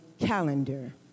calendar